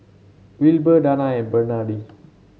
Wilber Danna and Bernadine